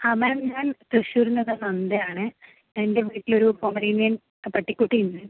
ആ മാം ഞാൻ തൃശൂരിൽ നിന്ന് നന്ദയാണേ എൻ്റെ വീട്ടിലൊരു പോമറേനിയൻ പട്ടിക്കുട്ടിയുണ്ട്